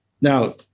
Now